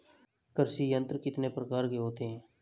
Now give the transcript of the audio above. कृषि यंत्र कितने प्रकार के होते हैं?